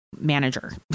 manager